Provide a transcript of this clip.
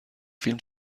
فیلم